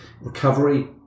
recovery